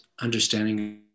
understanding